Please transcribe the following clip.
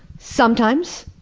sometimes.